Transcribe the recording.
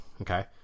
okay